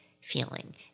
feeling